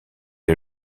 est